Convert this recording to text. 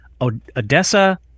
Odessa